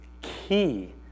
key